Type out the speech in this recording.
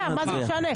משנה?